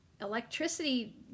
Electricity